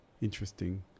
interesting